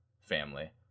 family